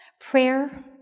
prayer